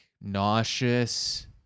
nauseous